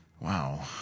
Wow